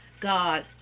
God